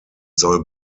soll